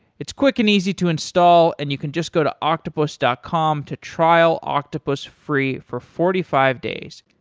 it's quick and easy to install and you can just go to octopus dot com to trial octopus free for forty five days.